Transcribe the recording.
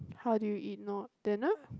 how do you eat not dinner